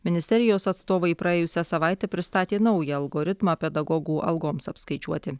ministerijos atstovai praėjusią savaitę pristatė naują algoritmą pedagogų algoms apskaičiuoti